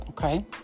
Okay